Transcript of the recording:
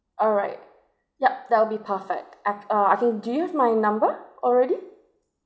alright yup that will be perfect I uh I can do you have my number already